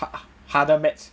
ha~ harder maths